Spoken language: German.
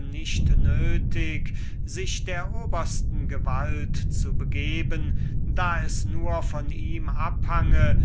nicht nötig habe sich der obersten gewalt zu begeben indem es nur von ihm abhange